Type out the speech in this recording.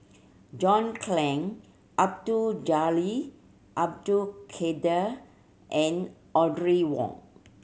John Clang Abdul Jalil Abdul Kadir and Audrey Wong